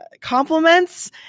compliments